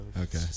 okay